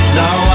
now